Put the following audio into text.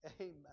Amen